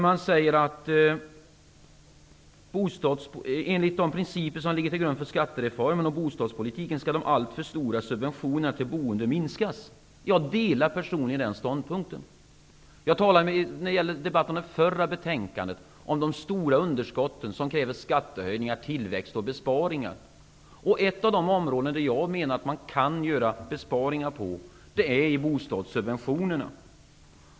Man säger: ''Enligt de principer som ligger till grund för skattereformen och bostadspolitiken skall de alltför stora subventionerna till boendet minskas.'' Jag delar personligen den ståndpunkten. I debatten om det föregående betänkandet talade jag om de stora underskotten, vilka kräver skattehöjningar, tillväxt och besparingar. Ett av de områden där jag menar att man kan göra besparingar gäller bostadssubventionerna.